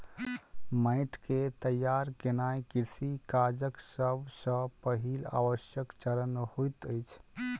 माइट के तैयार केनाई कृषि काजक सब सॅ पहिल आवश्यक चरण होइत अछि